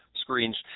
screens